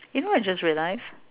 you know what I just realised